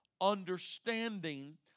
understanding